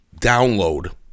download